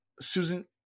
Susan